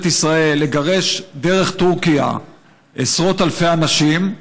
ישראל לגרש דרך טורקיה עשרות אלפי אנשים?